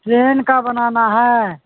train کا بنانا ہے